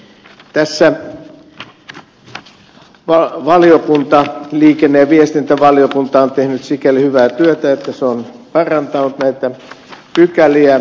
tässä liikenne ja viestintävaliokunta on tehnyt sikäli hyvää työtä että se on parantanut näitä pykäliä